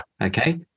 Okay